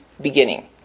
beginning